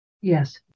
Yes